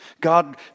God